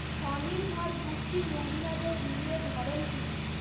স্বনির্ভর গোষ্ঠীর মহিলাদের ঋণের ধরন কি?